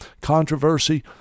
controversy